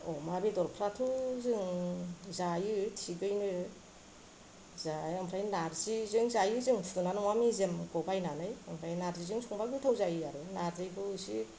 अमा बेदरफ्राथ' जों जायो थिगैनो नारजिजों जायो जों अमा मेजेमखौ बायनानै ओमफ्राय नारजिजों संब्ला गोथाव जायो आरो नारजिखौ इसे